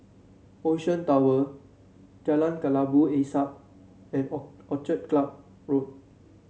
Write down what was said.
Ocean Tower Jalan Kelabu Asap and Orchid Club Road